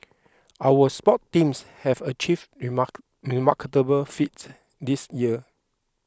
our sports teams have achieved remark remarkable feats this year